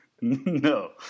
No